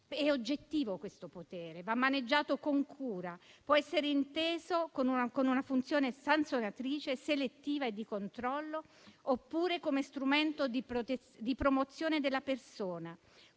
È oggettivo questo potere, va maneggiato con cura, può essere inteso come una funzione sanzionatrice, selettiva e di controllo, oppure come uno strumento di promozione della persona,